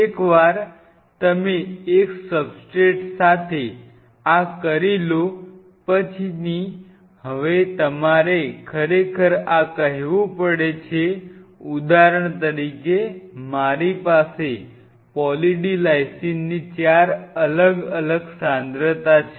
એકવાર તમે એક સબસ્ટ્રેટ સાથે આ કરી લો પછીની તમારે હવે ખરેખર આ કહેવું પડે છે ઉદાહરણ તરીકે મારી પાસે પોલી D લાઇસિનની 4 અલગ સાંદ્રતા છે